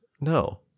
No